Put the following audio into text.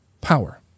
power